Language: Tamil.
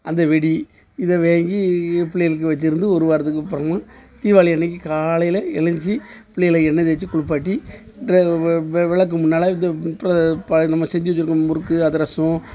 அந்த வெடி இதை வாங்கி பிள்ளைகளுக்கு வச்சுருந்து ஒரு வாரத்துக்கு அப்புறமா தீபாளி அன்னைக்கு காலையில் எழந்துச்சி பிள்ளைகளை எண்ணெ தேய்ச்சி குளிப்பாட்டி ட்ரெ விளக்கு முன்னால் ப நம்ம செஞ்சு வச்சுருக்க முறுக்கு அதிரசம்